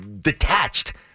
detached